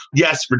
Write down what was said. yes. but